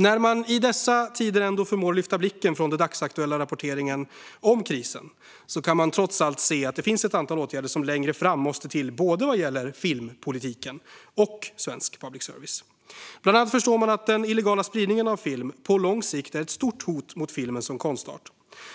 När man i dessa tider ändå förmår lyfta blicken från den dagsaktuella rapporteringen om krisen kan man trots allt se att det finns ett antal åtgärder som längre fram måste till vad gäller både filmpolitiken och svensk public service. Bland annat förstår man att den illegala spridningen av film på lång sikt är ett stort hot mot filmen som konstart.